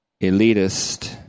Elitist